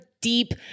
deep